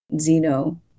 Zeno